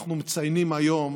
אנחנו מציינים היום